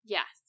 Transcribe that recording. Yes